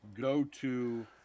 go-to